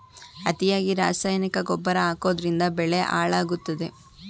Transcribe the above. ಅತಿಯಾಗಿ ರಾಸಾಯನಿಕ ಗೊಬ್ಬರ ಹಾಕೋದ್ರಿಂದ ಬೆಳೆ ಹಾಳಾಗುತ್ತದೆ